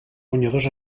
guanyadors